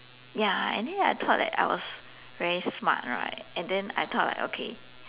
ya and then I thought that I was very smart right and then I thought like okay